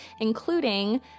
including